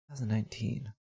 2019